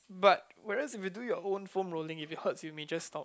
but whereas if you do your own foam rolling if it hurts you may just stop